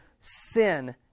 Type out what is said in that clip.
Sin